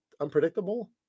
unpredictable